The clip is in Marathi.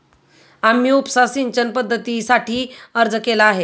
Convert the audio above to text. आम्ही उपसा सिंचन पद्धतीसाठी अर्ज केला आहे